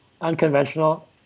unconventional